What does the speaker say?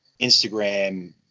instagram